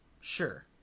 sure